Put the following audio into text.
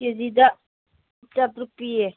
ꯀꯦꯖꯤꯗ ꯆꯥꯇ꯭ꯔꯨꯛ ꯄꯤꯌꯦ